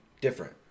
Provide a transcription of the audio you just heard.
Different